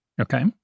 Okay